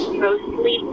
mostly